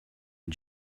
and